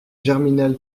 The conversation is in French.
germinal